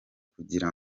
kugira